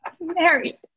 Married